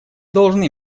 должны